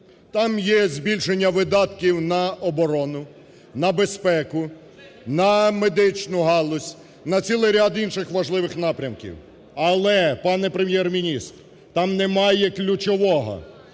там є збільшення видатків на оборону, на безпеку, на медичну галузь, на цілий ряд інших важливих напрямків. Але, пане Прем'єр-міністр, там немає ключового,